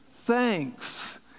thanks